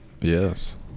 Yes